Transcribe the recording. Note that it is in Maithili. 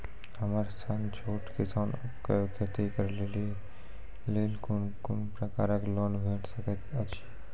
हमर सन छोट किसान कअ खेती करै लेली लेल कून कून प्रकारक लोन भेट सकैत अछि?